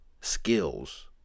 skills